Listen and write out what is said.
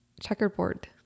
checkerboard